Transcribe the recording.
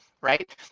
right